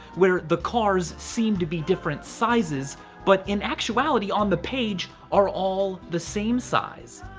where the cars seem to be different sizes but in actuality on the page are all the same size.